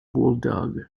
bulldog